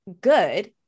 good